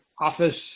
office